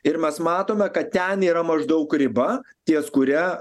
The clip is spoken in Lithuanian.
ir mes matome kad ten yra maždaug riba ties kuria